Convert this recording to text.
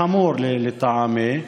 חמור, לטעמי,